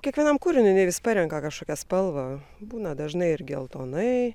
kiekvienam kūriniui vis parenka kažkokią spalvą būna dažnai ir geltonai